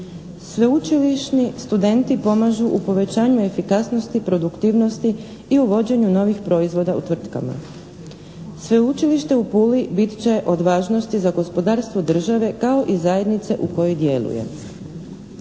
Sveučilišni studenti pomažu u povećanju efikasnosti, produktivnosti i uvođenju novih proizvoda u tvrtkama. Sveučilište u Puli bit će od važnosti za gospodarstvo države kao i zajednice u kojoj djeluje.